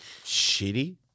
shitty